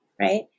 right